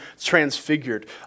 transfigured